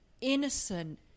innocent